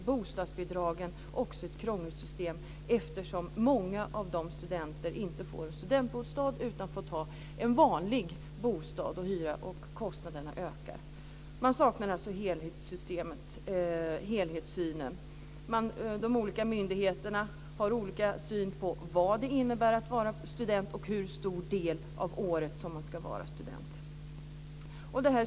För bostadsbidragen råder också ett krångligt system, eftersom många studenter inte får studentbostad utan får hyra en vanlig bostad - och kostnaderna ökar. Det saknas en helhetssyn. De olika myndigheterna har olika syn på vad det innebär att vara student och hur stor del av året som man ska vara student.